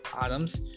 atoms